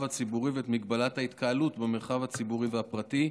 הציבורי ואת הגבלת ההתקהלות במרחב הציבורי והפרטי,